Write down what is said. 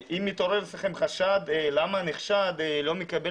אם מתעורר אצלכם חשד למה הנחשד לא מקבל